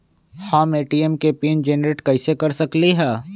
हम ए.टी.एम के PIN generate कईसे कर सकली ह?